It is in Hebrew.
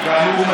כאמור,